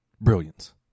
Brilliance